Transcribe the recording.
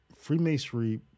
Freemasonry